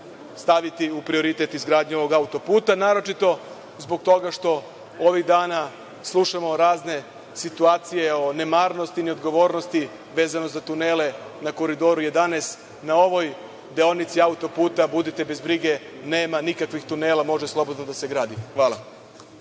staviti u prioritet izgradnju ovog autoputa, naročito zbog toga što ovih dana slušamo razne situacije o nemarnosti i neodgovornosti vezano za tunele na Koridoru 11. Na ovoj deonici autoputa budite bez brige nema nikakvih tunela, može slobodno da se gradi. Hvala.